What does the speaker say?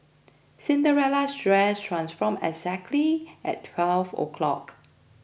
Cinderella's dress transformed exactly at twelve o'clock